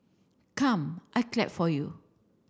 come I clap for you